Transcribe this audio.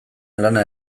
lana